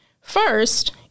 First